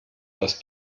das